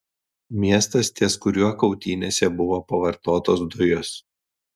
miestas ties kuriuo kautynėse buvo pavartotos dujos